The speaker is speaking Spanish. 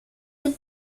del